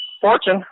fortune